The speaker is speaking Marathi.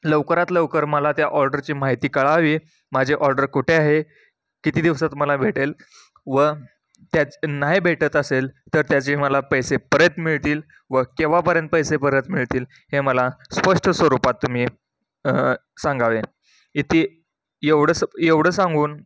लवकरात लवकर मला त्या ऑर्डरची माहिती कळावी माझे ऑर्डर कुठे आहे किती दिवसात मला भेटेल व त्या नाही भेटत असेल तर त्याचे मला पैसे परत मिळतील व केव्हापर्यंत पैसे परत मिळतील हे मला स्पष्ट स्वरूपात तुम्ही सांगावे इथे एवढं स एवडं सांगून